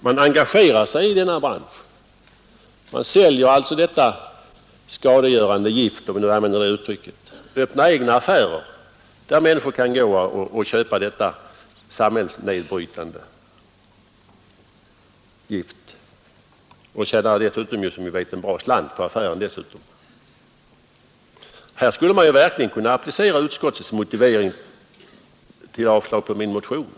Man engagerar sig i branschen; man säljer detta skadegörande gift — om jag får använda det uttrycket; man öppnar egna affärer dit människor kan gå och köpa detta samhällsnedbrytande gift; man tjänar dessutom, som vi vet, en bra slant på affären. På det förfaringssättet skulle man verkligen kunna applicera utskottets motivering till avstyrkande av min motion.